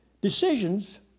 Decisions